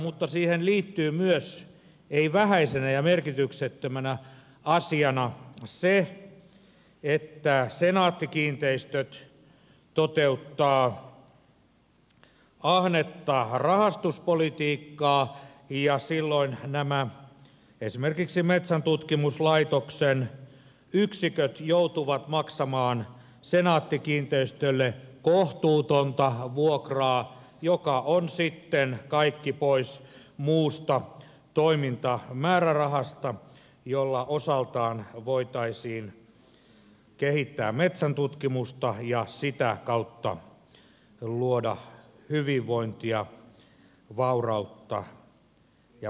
mutta siihen liittyy myös ei vähäisenä ja merkityksettömänä asiana se että senaatti kiinteistöt toteuttaa ahnetta rahastuspolitiikkaa ja silloin esimerkiksi nämä metsäntutkimuslaitoksen yksiköt joutuvat maksamaan senaatti kiinteistöille kohtuutonta vuokraa joka on sitten kaikki pois muusta toimintamäärärahasta jolla osaltaan voitaisiin kehittää metsäntutkimusta ja sitä kautta luoda hyvinvointia vaurautta ja varallisuutta